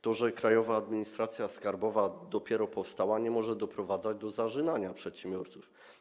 To, że Krajowa Administracja Skarbowa dopiero powstała, nie może doprowadzać do zarzynania przedsiębiorców.